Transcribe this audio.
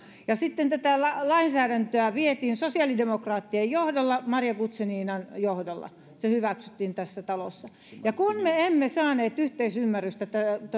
sitten tätä lainsäädäntöä vietiin sosiaalidemokraattien johdolla maria guzeninan johdolla ja se hyväksyttiin tässä talossa ja kun me emme saaneet yhteisymmärrystä